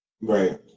Right